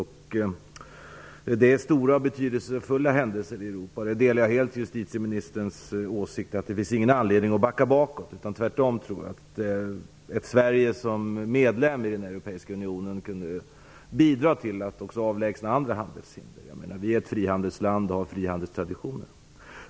Detta är stora och betydelsefulla händelser i Europa. Jag delar helt justitieministerns åsikt att det inte finns någon anledning att gå bakåt. Jag tror tvärtom att Sverige som medlem i den europeiska unionen skulle kunna bidra till att också avlägsna andra handelshinder. Vi är ett frihandelsland och har sådana traditioner.